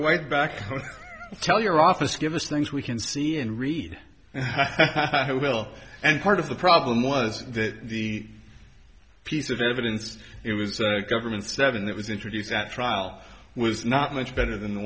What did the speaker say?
white back tell your office give us things we can see and read and i will and part of the problem was that the piece of evidence it was government step in that was introduced at trial was not much better than the